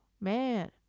Man